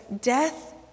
death